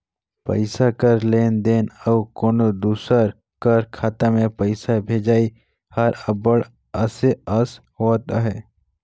पइसा कर लेन देन अउ कोनो दूसर कर खाता में पइसा भेजई हर अब्बड़ असे अस होवत अहे